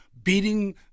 beating